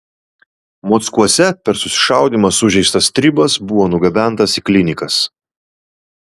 mockuose per susišaudymą sužeistas stribas buvo nugabentas į klinikas